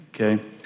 okay